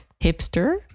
hipster